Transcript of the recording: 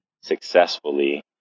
successfully